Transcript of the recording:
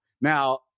Now